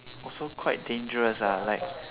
also quite dangerous ah like